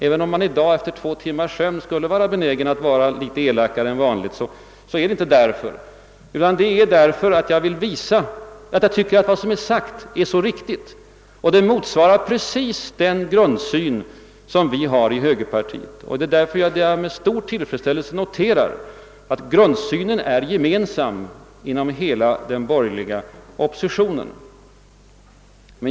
Även om man i dag efter två timmars sömn skulle vara benägen att vara litet elakare än vanligt, är det inte därför, utan det är därför att jag vill visa att jag tycker att vad som är sagt är riktigt och att det motsvarar den grundsyn som vi har inom högerpartiet. Det är med stor tillfredsställelse jag noterar att grundsynen är gemensam inom hela den borgerliga oppositionen.